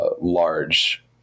large